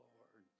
Lord